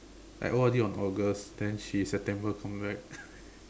I O_R_D on August then she September come back